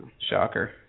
Shocker